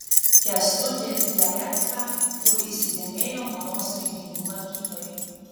kęstutį lekecką jau įsidėmėjo mados renginių lankytojai